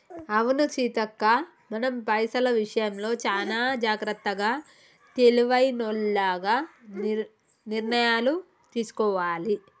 అవును సీతక్క మనం పైసల విషయంలో చానా జాగ్రత్తగా తెలివైనోల్లగ నిర్ణయాలు తీసుకోవాలి